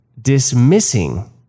dismissing